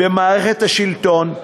במערכת השלטון,